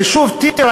היישוב טירה,